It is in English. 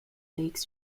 lakes